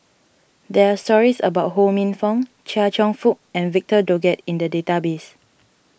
there are stories about Ho Minfong Chia Cheong Fook and Victor Doggett in the database